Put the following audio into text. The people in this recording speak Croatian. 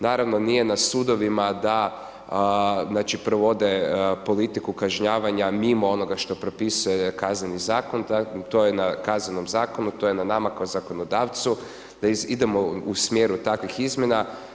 Naravno nije na sudovima da znači provode politiku kažnjavanja mimo onoga što propisuje kazneni zakon, to je na kaznenom zakonu, to je na nama kao zakonodavcu da idemo u smjeru takvih izmjena.